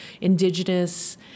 indigenous